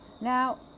now